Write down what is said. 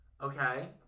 okay